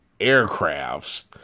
aircrafts